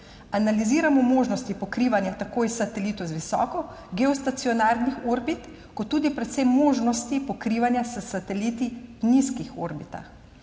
Analiziramo možnosti pokrivanja tako iz satelitov z visoko geostacionarnih orbit kot tudi predvsem možnosti pokrivanja s sateliti v nizkih orbitah.